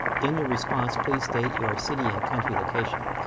in your response, please state your city and country location.